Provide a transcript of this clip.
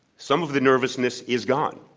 some of the nervousness is gone.